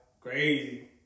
Crazy